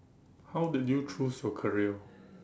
how did you choose your career